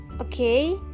okay